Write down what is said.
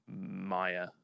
Maya